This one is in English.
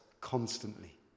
constantly